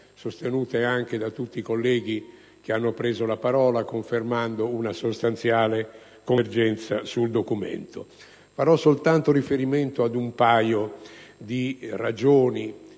sostenute da tutti i colleghi che hanno preso la parola, confermando una sostanziale convergenza sul documento. Farò soltanto riferimento a un paio di punti